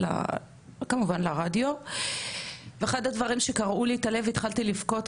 כמובן לרדיו ואחד הדברים שקרעו לי את הלב והתחלתי לבכות,